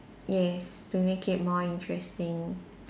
yes to make it more interesting